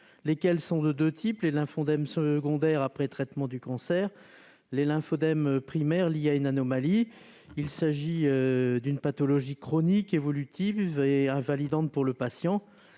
On en compte de deux types : les lymphoedèmes secondaires, après traitement du cancer, et les lymphoedèmes primaires, liés à une anomalie. Il s'agit d'une pathologie chronique, évolutive et invalidante. Or la prise